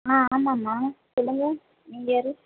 ஆமாம்மா சொல்லுங்க நீங்கள் யார்